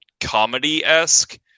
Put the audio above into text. comedy-esque